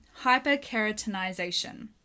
hyperkeratinization